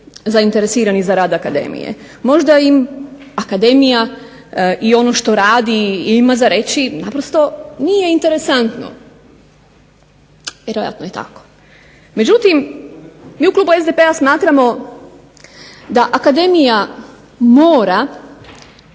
zainteresirani za rad akademije. Možda im akademija i ono što radi i ima za reći naprosto nije interesantno. Vjerojatno je tako. Međutim, mi u klubu SDP-a smatramo da akademija mora